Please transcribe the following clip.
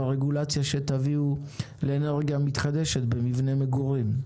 ברגולציה שתביאו לאנרגיה מתחדשת במבנה מגורים.